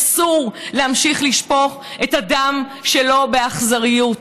אסור להמשיך לשפוך את הדם שלו באכזריות.